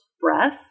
breath